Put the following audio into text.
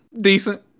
decent